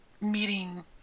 meeting